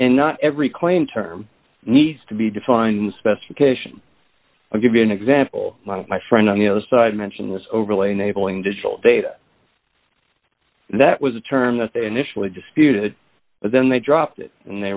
and not every claim term needs to be defined specification i'll give you an example my friend on the other side mention this overlay enabling digital data that was a term that they initially disputed but then they dropped it and they